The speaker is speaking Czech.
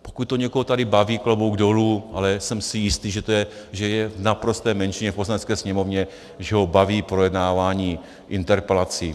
Pokud to někoho tady baví, klobouk dolů, ale jsem si jistý, že je v naprosté menšině v Poslanecké sněmovně, když ho baví projednávání interpelací.